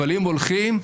אבל אם הולכים עליו,